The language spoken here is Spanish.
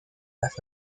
las